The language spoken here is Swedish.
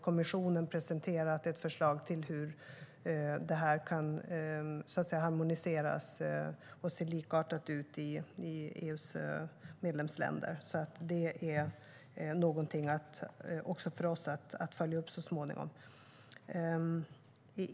Kommissionen har nu presenterat ett förslag till hur detta kan harmoniseras och bli likartat i EU:s medlemsländer. Det är någonting också för oss att följa upp så småningom.